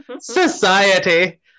society